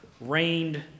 rained